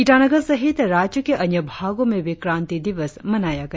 ईटानगर सहित राज्य के अन्य भागों मे भी क्रांति दिवस मनाया गया